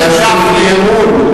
אתם הגשתם אי-אמון.